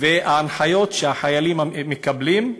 וההנחיות שהחיילים מקבלים,